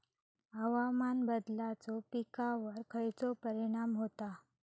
हवामान बदलाचो पिकावर खयचो परिणाम होता?